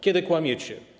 Kiedy kłamiecie?